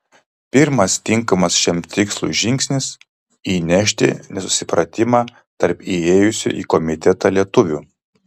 pirmas tinkamas šiam tikslui žingsnis įnešti nesusipratimą tarp įėjusių į komitetą lietuvių